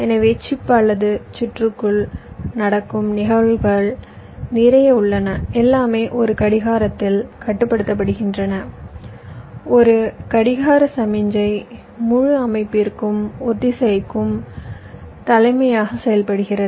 எனவே சிப் அல்லது சுற்றுக்குள் நடக்கும் நிகழ்வுகள் நிறைய உள்ளன எல்லாமே ஒரு கடிகாரத்தால் கட்டுப்படுத்தப்படுகின்றன ஒரு கடிகார சமிக்ஞை முழு அமைப்பிற்கும் ஒத்திசைக்கும் தலைமையாக செயல்படுகிறது